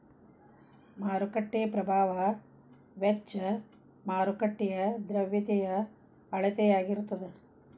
ಮಾರುಕಟ್ಟೆ ಪ್ರಭಾವ ವೆಚ್ಚ ಮಾರುಕಟ್ಟೆಯ ದ್ರವ್ಯತೆಯ ಅಳತೆಯಾಗಿರತದ